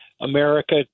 America